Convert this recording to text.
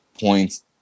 points